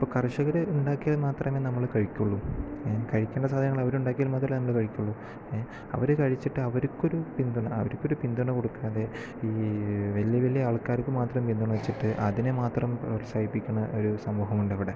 ഇപ്പം കർഷകര് ഉണ്ടാക്കിയത് മാത്രമേ നമ്മൾ കഴിക്കൂള്ളൂ ഏഹ് കഴിക്കണ്ട സാധനങ്ങള് അവരുണ്ടാക്കിയാൽ മാത്രമേ നമ്മൾ കഴിക്കൂള്ളൂ ഏഹ് അവര് കഴിച്ചിട്ട് അവർക്കൊരു പിന്തുണ അവർക്കൊരു പിന്തുണ കൊടുക്കാതെ ഈ വലിയ് വലിയ ആൾക്കാർക്ക് മാത്രം പിന്തുണച്ചിട്ട് അതിനെ മാത്രം പ്രോത്സാഹിപ്പിക്കുന്ന ഒരു സമൂഹം ഉണ്ട് ഇവിടെ